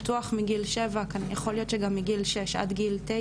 בטוח מגיל 7 יכול להיות שמגיל 6 עד גיל 9